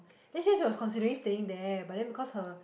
then she say she was considering staying there but then because her